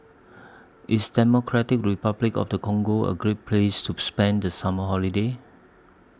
IS Democratic Republic of The Congo A Great Place to spend The Summer Holiday